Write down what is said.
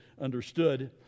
understood